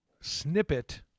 Snippet